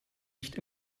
nicht